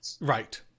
Right